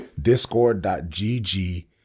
Discord.gg